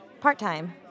Part-time